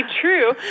true